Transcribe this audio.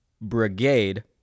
Brigade